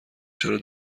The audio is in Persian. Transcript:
چرا